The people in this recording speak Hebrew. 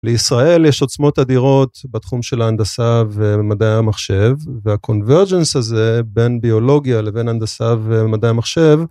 לישראל יש עוצמות אדירות בתחום של ההנדסה ומדעי המחשב וה-convergence הזה בין ביולוגיה לבין הנדסה ומדעי המחשב.